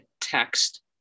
text